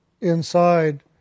inside